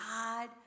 God